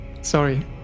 Sorry